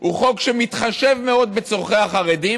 הוא חוק שמתחשב מאוד בצורכי החרדים,